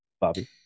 Bobby